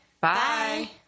Bye